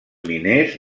miners